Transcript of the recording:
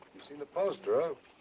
you've seen the poster, um